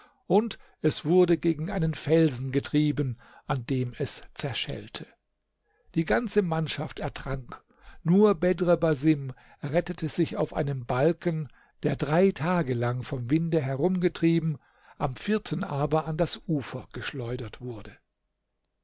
und es wurde gegen einen felsen getrieben an dem es zerschellte die ganze mannschaft ertrank nur bedr basim rettete sich auf einem balken der drei tage lang vom winde herumgetrieben am vierten aber an das ufer geschleudert wurde